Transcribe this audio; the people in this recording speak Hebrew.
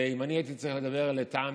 אם אני הייתי צריך לדבר לטעמי,